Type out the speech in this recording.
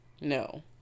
No